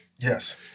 Yes